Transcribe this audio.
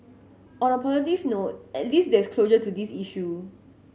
on a positive note at least there is closure to this issue